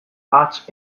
hats